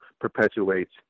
perpetuates